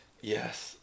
Yes